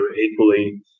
equally